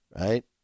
Right